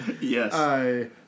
yes